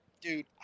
dude